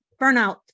Burnout